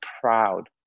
proud